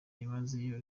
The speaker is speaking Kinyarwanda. byimazeyo